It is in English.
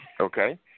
Okay